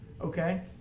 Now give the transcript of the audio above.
Okay